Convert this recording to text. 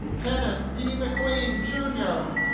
kenneth d. mcqueen jr